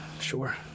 Sure